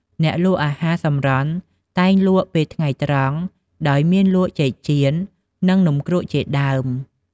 អ្នកលក់អាហារសម្រន់តែងលក់ពេលថ្ងៃត្រង់ ដោយមានលក់ចេកចៀន និងនំគ្រកជាដើម។